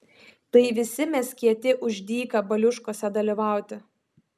tai visi mes kieti už dyka baliuškose dalyvauti